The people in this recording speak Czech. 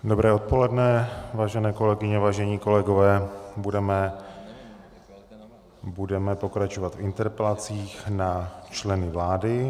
Dobré odpoledne, vážené kolegyně, vážení kolegové, budeme pokračovat v interpelacích na členy vlády.